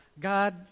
God